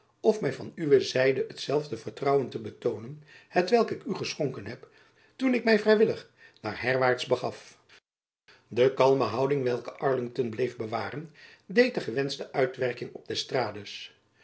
f my van uwe zijde hetzelfde vertrouwen te betoonen hetwelk ik u geschonken heb toen ik my vrijwillig naar herwaarts begaf de kalme houding welke arlington bleef bewaren deed de gewenschte uitwerking op d'estrades